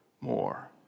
more